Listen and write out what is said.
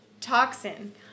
toxin